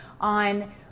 on